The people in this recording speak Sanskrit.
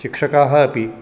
शिक्षकाः अपि